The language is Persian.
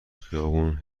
خیابون